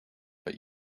but